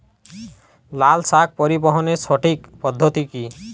লালশাক পরিবহনের সঠিক পদ্ধতি কি?